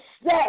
stay